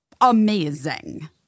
amazing